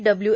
W